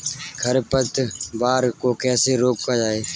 खरपतवार को कैसे रोका जाए?